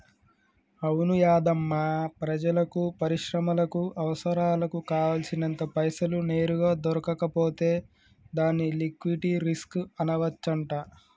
అవును యాధమ్మా ప్రజలకు పరిశ్రమలకు అవసరాలకు కావాల్సినంత పైసలు నేరుగా దొరకకపోతే దాన్ని లిక్విటీ రిస్క్ అనవచ్చంట